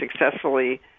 successfully